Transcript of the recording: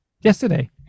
yesterday